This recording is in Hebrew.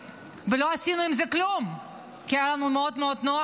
ולא עשינו עם זה כלום כי היה לנו מאוד מאוד נוח,